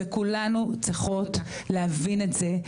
וכולנו צריכות להבין את זה,